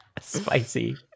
spicy